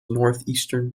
northeastern